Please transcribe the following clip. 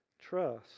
trust